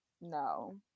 no